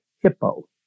Hippo